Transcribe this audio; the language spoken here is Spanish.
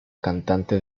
cantante